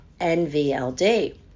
NVLD